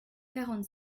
quarante